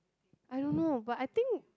I don't know but I think